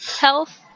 health